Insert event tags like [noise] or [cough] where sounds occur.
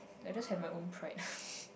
I just have my own pride [laughs]